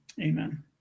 Amen